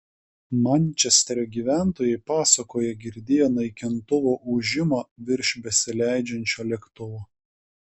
mančesterio gyventojai pasakoja girdėję naikintuvo ūžimą virš besileidžiančio lėktuvo